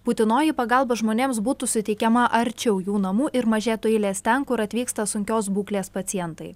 būtinoji pagalba žmonėms būtų suteikiama arčiau jų namų ir mažėtų eilės ten kur atvyksta sunkios būklės pacientai